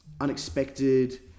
unexpected